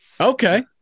Okay